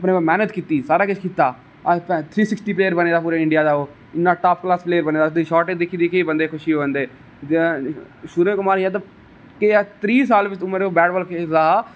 अपने उप्पर मैहनत कीती सारा किश कीता अज्ज थ्री सिक्सटी प्यलेर बने दा पूरे इडियां दा ओह् इन्ना टाप क्लास प्लेयर बने दा ओहदी शाट दिक्खी दिक्खी बंदे गी खुशी होंदी सूर्य कुमार यादब केह् ऐ त्री साल दी उमर च ओह आया